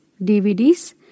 DVDs